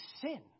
sin